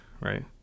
right